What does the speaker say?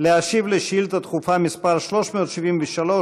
להשיב על שאילתה דחופה מס' 373,